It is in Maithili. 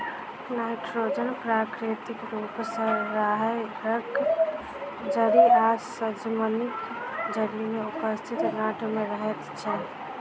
नाइट्रोजन प्राकृतिक रूप सॅ राहैड़क जड़ि आ सजमनिक जड़ि मे उपस्थित गाँठ मे रहैत छै